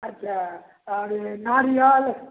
अच्छा आओर जे नारियल